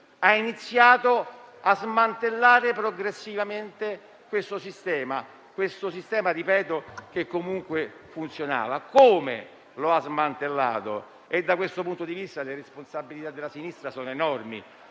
ha iniziato però a smantellare progressivamente questo sistema, che - lo ripeto - comunque funzionava. Come lo ha smantellato? Da questo punto di vista, le responsabilità della sinistra sono enormi.